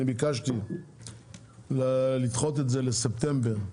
אני ביקשתי לדחות את זה לספטמבר,